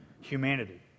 humanity